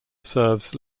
serves